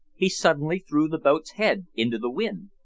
he suddenly threw the boat's head into the wind.